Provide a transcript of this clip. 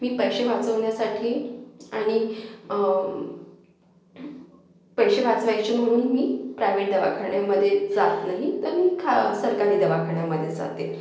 मी पैसे वाचवण्यासाठी आणि पैसे वाचवायचे म्हणून मी प्रायवेटला दवाखान्यामध्ये जात नाही तर मी खा सरकारी दवाखान्यामध्ये जाते